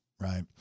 Right